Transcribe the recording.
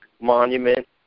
monument